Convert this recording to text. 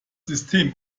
system